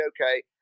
okay